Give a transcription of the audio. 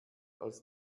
als